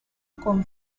con